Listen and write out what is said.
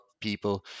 people